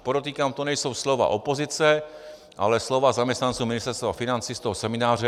Podotýkám, to nejsou slova opozice, ale slova zaměstnanců Ministerstva financí z toho semináře.